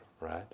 right